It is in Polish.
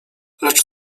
lecz